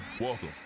welcome